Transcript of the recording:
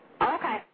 Okay